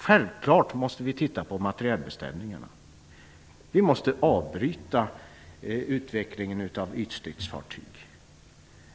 Självfallet måste vi se på materielbeställningarna. Vi måste avbryta utvecklingen av ytstridsfartyg.